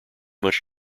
much